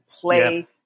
play